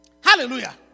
Hallelujah